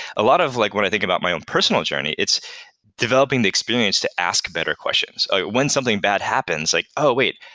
a lot of like when i think about my own personal journey, it's developing the experience to ask better questions. when something bad happens, like, oh, wait.